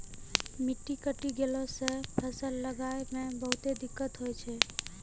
मिट्टी कटी गेला सॅ फसल लगाय मॅ बहुते दिक्कत होय छै